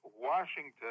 Washington